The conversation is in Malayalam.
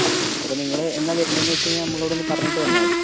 അ അപ്പം നിങ്ങൾ എന്നാ വരുന്നത് എന്ന് വെച്ച് കഴിഞ്ഞാൽ നമ്മളോട് ഒന്ന് പറഞ്ഞിട്ട് വന്നാൽ മതി